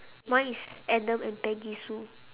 mine is adam and peggy sue